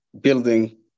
building